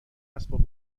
اسباب